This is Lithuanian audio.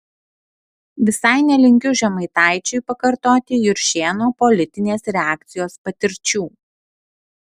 visai nelinkiu žemaitaičiui pakartoti juršėno politinės reakcijos patirčių